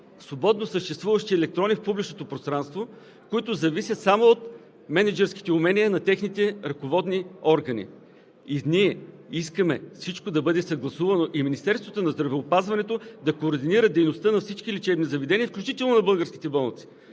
свободно съществуващи електрони в публичното пространство, които зависят само от мениджърските умения на техните ръководни органи. Ние искаме всичко да бъде съгласувано и Министерството на здравеопазването да координира дейността на всички лечебни заведения, включително на българските болници.